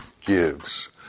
gives